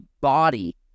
body